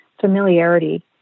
familiarity